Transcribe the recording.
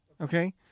okay